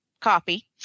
copy